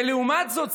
ולעומת זאת,